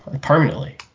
permanently